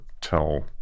tell